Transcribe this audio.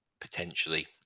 potentially